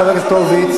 חבר הכנסת הורוביץ,